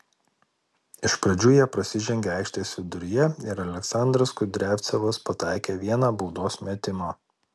iš pradžių jie prasižengė aikštės viduryje ir aleksandras kudriavcevas pataikė vieną baudos metimą